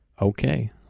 Okay